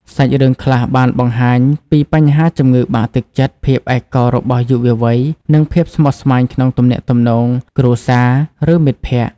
សាច់រឿងខ្លះបានបង្ហាញពី បញ្ហាជំងឺបាក់ទឹកចិត្ត ភាពឯកោរបស់យុវវ័យ និងភាពស្មុគស្មាញក្នុងទំនាក់ទំនងគ្រួសារ ឬមិត្តភក្ដិ។